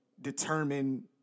determine